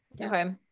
Okay